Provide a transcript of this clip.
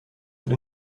für